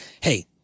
hey